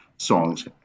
songs